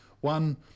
one